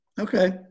Okay